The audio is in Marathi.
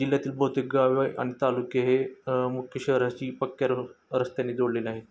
जिल्ह्यातील बहुतेक गावे आणि तालुके हे मुख्य शहराशी पक्क्या र रस्त्याने जोडलेले आहे